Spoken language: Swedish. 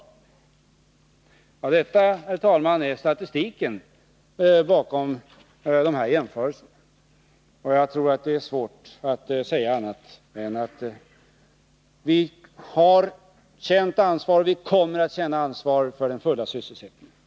Detta, herr talman, är statistiken när det gäller de här jämförelserna. Jag tror att det är svårt att säga annat än att vi har känt ansvar och att vi kommer att känna ansvar för den fulla sysselsättningen!